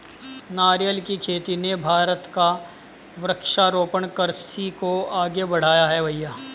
नारियल की खेती ने भारत को वृक्षारोपण कृषि को आगे बढ़ाया है भईया